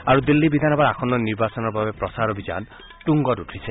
আৰু দিল্লী বিধানসভা নিৰ্বাচনৰ বাবে প্ৰচাৰ অভিযান তুংগত উঠিছে